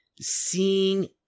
seeing